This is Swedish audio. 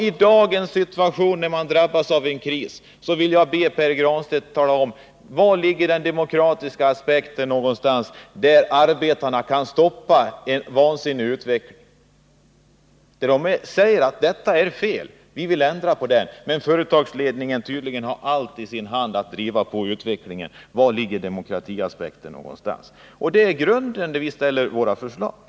I dagens situation, när man drabbas av en kris, vill jag fråga Pär Granstedt: Var ligger den demokratiska aspekten någonstans, när arbetarna vill stoppa en vansinnig utveckling, när de säger att detta är fel och att de vill ändra på det, men företagsledningen tydligen har allt i sin hand när det gäller att driva på utvecklingen? Demokratiaspekten är grunden när vi ställer våra förslag.